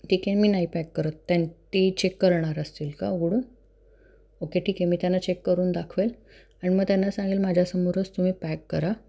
ठीक आहे मी नाही पॅक करत त्या ती चेक करणार असतील का उघडून ओके ठीक आहे मी त्यांना चेक करून दाखवेल आणि मग त्यांना सांगेल माझ्यासमोरच तुम्ही पॅक करा